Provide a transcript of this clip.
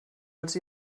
els